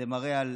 וזה מראה על